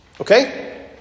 Okay